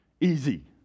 Easy